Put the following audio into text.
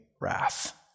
wrath